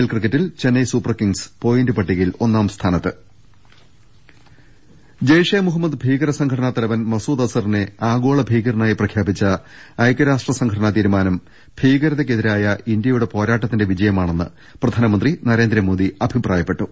L ക്രിക്കറ്റിൽ Chennai super kings point പട്ടികയിൽ ഒന്നാംസ്ഥാനത്ത് ള്ള്ള്ള്ള ജെയ്ഷെ മുഹമ്മദ് ഭീകര സംഘടനാ തലവൻ മസൂദ് അസറിനെ ആഗോള ഭീകരനായി പ്രഖ്യാപിച്ച ഐക്യരാഷ്ട്ര സംഘടനാ തീരുമാനം ഭീക രതക്കെതിരായ ഇന്ത്യയുടെ പോരാട്ടത്തിന്റെ വിജയമാണെന്ന് പ്രധാനമന്ത്രി നരേന്ദ്രമോദി അഭിപ്രായപ്പെട്ടു